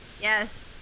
Yes